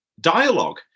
dialogue